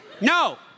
No